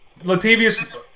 Latavius